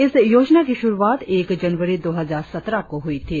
इस योजना की शुरुआत एक जनवरी दो हजार सत्रह को हुई थी